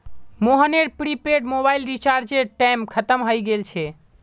मोहनेर prepaid mobile रीचार्जेर time खत्म हय गेल छे